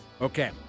Okay